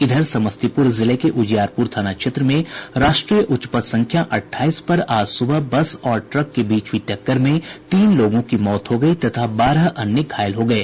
इधर समस्तीपुर जिले के उजियारपुर थाना क्षेत्र में राष्ट्रीय उच्चपथ संख्या अठाईस पर आज सुबह बस और ट्रक के बीच हुयी टक्कर में तीन लोगों की मौत हो गयी तथा बारह अन्य लोग घायल हो गये